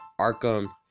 Arkham